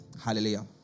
Hallelujah